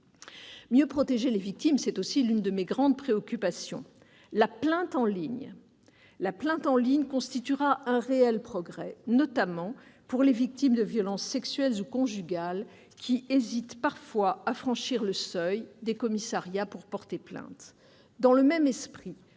Mieux protéger les victimes est aussi une de mes grandes préoccupations. Le dépôt de plainte en ligne constituera un réel progrès, notamment pour les victimes de violences sexuelles ou conjugales, qui hésitent parfois à franchir le seuil des commissariats pour porter plainte. Dans le même esprit,